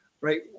right